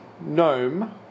Gnome